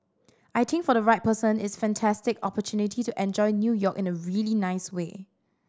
I think for the right person it's a fantastic opportunity to enjoy New York in a really nice way